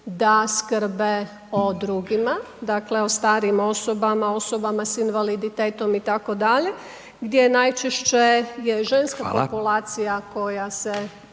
da skrbe o drugima, dakle, o starijim osobama, osobama s invaliditetom, itd., gdje najčešće .../Upadica: Hvala./...